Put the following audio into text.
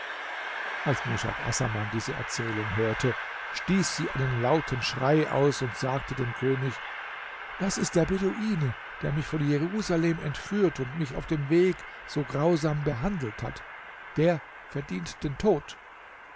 als nushat assaman diese erzählung hörte stieß sie einen lauten schrei aus und sagte dem könig das ist der beduine der mich von jerusalem entführt und mich auf dem weg so grausam behandelt hat der verdient den tod